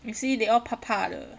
you see they all 怕怕的